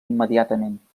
immediatament